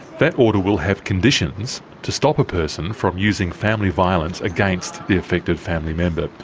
that order will have conditions to stop a person from using family violence against the affected family member.